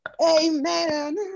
Amen